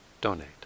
donate